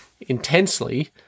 intensely